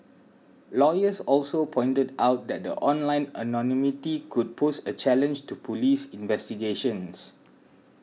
lawyers also pointed out that the online anonymity could pose a challenge to police investigations